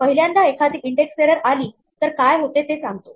पहिल्यांदा एखादी index error आली तर काय होते ते सांगतो